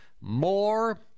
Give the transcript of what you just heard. more